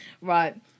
Right